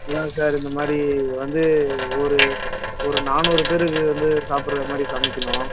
இல்லங்க சார் இந்த மாதிரி வந்து ஒரு ஒரு நானூறு பேருக்கு வந்து சாப்பிட்ற மாதிரி சமைக்கணும்